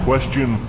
Question